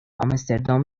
آمستردام